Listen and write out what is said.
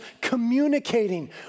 communicating